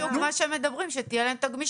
אבל בדיוק על זה הם מדברים, שתהיה להם הגמישות.